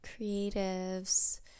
creatives